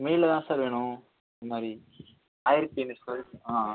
மெயினில் தான் சார் வேணும் இதுமாதிரி ஆயிரத்தி எண்ணூறு ஸ்கொயர் ஃபிட் ஆ ஆ